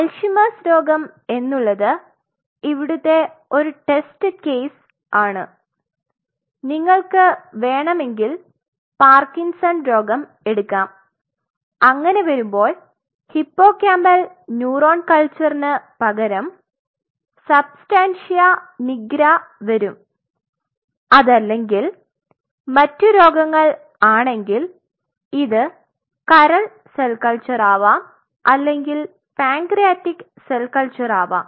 Alzheimer's രോഗം എന്നുള്ളത് ഇവിടുത്തെ ഒരു ടെസ്റ്റ് കേസ് ആണ് നിങ്ങൾക് വേണമെങ്കിൽ പാർക്കിൻസൺ രോഗം എടുകാം അങ്ങനെ വരുമ്പോൾ ഹിപ്പോകാമ്പൽ ന്യൂറോൺ കൽച്ചറിന് പകരം സുബ്സ്റ്റൻഷ്യ നിഗ്ര വരും അതല്ലെങ്കിൽ മറ്റു രോഗങ്ങൾ ആണെങ്കിൽ ഇത് കരൾ സെൽ കൽച്ചർ ആവാം അല്ലെങ്കിൽ പാൻക്രിയാറ്റിക് സെൽ കൽച്ചർ ആവാം